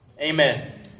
Amen